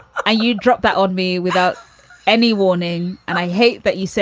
i you drop that on me without any warning. and i hate that you said